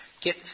get